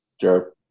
Sure